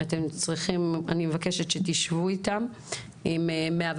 אני מבקשת שתשבו עם 105